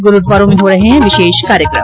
गुरूद्वारों में हो रहे है विशेष कार्यक्रम